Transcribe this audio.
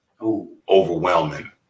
overwhelming